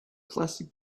plastic